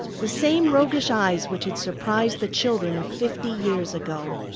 the same roguish eyes which had surprised the children of fifty years ago.